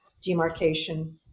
demarcation